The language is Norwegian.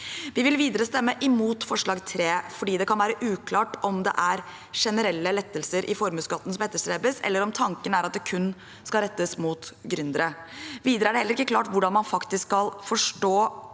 Vi vil videre stemme imot forslag nr. 3 fordi det kan være uklart om det er generelle lettelser i formuesskatten som etterstrebes, eller om tanken er at det kun skal rettes mot gründere. Videre er det heller ikke klart hvordan man faktisk skal forstå